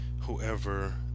whoever